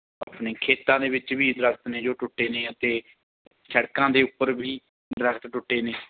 ਆਪਣੇ ਖੇਤਾਂ ਦੇ ਵਿੱਚ ਵੀ ਦਰਖਤ ਨੇ ਜੋ ਟੁੱਟੇ ਨੇ ਅਤੇ ਸੜਕਾਂ ਦੇ ਉੱਪਰ ਵੀ ਦਰਖਤ ਟੁੱਟੇ ਨੇ